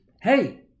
hey